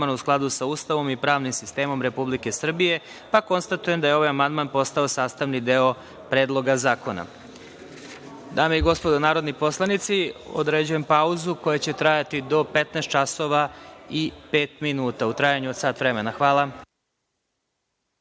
u skladu sa Ustavom i pravnim sistemom Republike Srbije. Konstatujem da je ovaj amandman postao sastavni deo Predloga zakona. Dame i gospodo narodni poslanici, određujem pauzu koja će trajati do 15,05 časova, u trajanju od sat vremena. Hvala